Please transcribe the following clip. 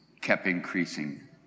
kept-increasing